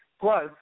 Plus